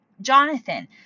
Jonathan